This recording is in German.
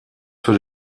für